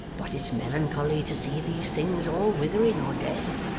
but it's melancholy to see these things all withering or dead.